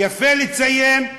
יפה לציין,